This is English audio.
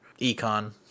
Econ